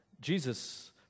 Jesus